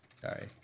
Sorry